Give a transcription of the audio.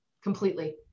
completely